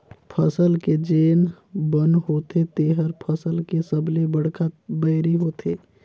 फसल के जेन बन होथे तेहर फसल के सबले बड़खा बैरी होथे